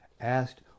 asked